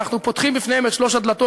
אנחנו פותחים בפניהם את שלוש הדלתות